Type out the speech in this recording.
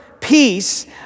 peace